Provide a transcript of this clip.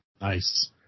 Nice